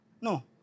No